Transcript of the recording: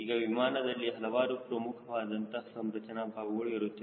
ಈಗ ವಿಮಾನದಲ್ಲಿ ಹಲವಾರು ಪ್ರಮುಖವಾದಂತಹ ಸಂರಚನಾ ಭಾಗಗಳು ಇರುತ್ತವೆ